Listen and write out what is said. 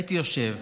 הייתי יושב.